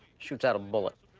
shoots out a bullet.